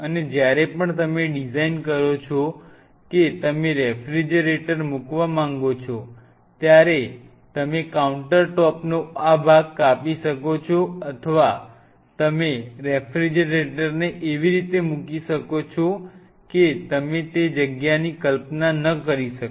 અને જ્યારે પણ તમે ડિઝાઈન કરો છો કે તમે રેફ્રિજરેટર મૂકવા માંગો છો ત્યારે તમે કાઉંટરટ ટોપનો આ ભાગ કાપી શકો છો અને તમે રેફ્રિજરેટરને એવી રીતે મૂકી શકો છો કે તમે તે જગ્યાની ક્લપના ન કરી શકો